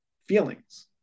feelings